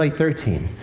ah thirteen.